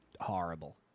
horrible